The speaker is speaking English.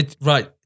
Right